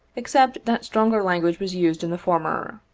except that stronger language was used in the former.